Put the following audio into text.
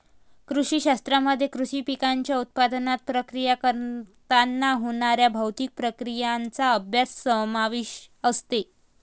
कृषी शास्त्रामध्ये कृषी पिकांच्या उत्पादनात, प्रक्रिया करताना होणाऱ्या भौतिक प्रक्रियांचा अभ्यास समावेश असते